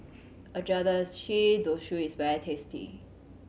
Agedashi Dofu is very tasty